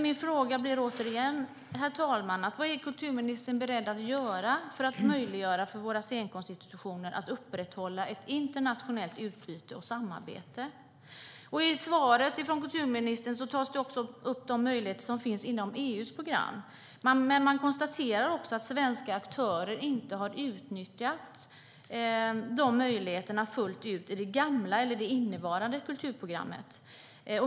Min fråga blir dock återigen, herr talman, vad kulturministern är beredd att göra för att möjliggöra för våra scenkonstinstitutioner att upprätthålla ett internationellt utbyte och samarbete. I svaret från kulturministern tas också de möjligheter som finns inom EU:s program upp. Man konstaterar även att svenska aktörer inte har utnyttjat de möjligheterna fullt ut i det innevarande kulturprogrammet.